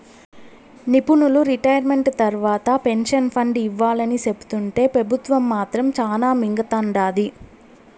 నిపునులు రిటైర్మెంట్ తర్వాత pension fund ఇవ్వాలని సెప్తుంటే పెబుత్వం మాత్రం శానా మింగతండాది